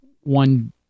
one